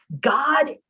God